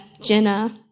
Jenna